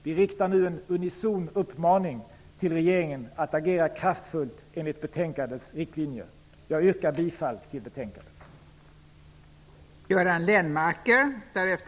Vi riktar nu en unison uppmaning till regeringen att agera kraftfullt enligt betänkandets riktlinjer. Fru talman! Jag yrkar bifall till utskottets hemställan.